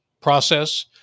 process